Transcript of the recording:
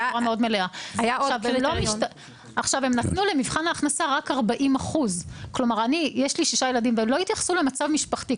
הם נתנו למבחן ההכנסה 40% ולא התייחסו למצב משפחתי.